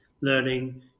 learning